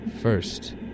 first